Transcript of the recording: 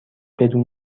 بدون